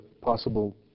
possible